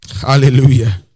Hallelujah